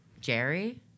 Jerry